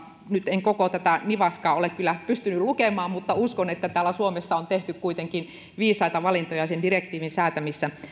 nyt en koko tätä nivaskaa ole kyllä pystynyt lukemaan mutta uskon että täällä suomessa on tehty kuitenkin viisaita valintoja direktiivin säätämissä